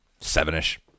seven-ish